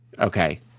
Okay